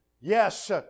yes